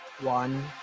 One